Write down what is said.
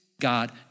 God